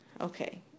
Okay